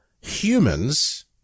humans